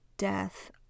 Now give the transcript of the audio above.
death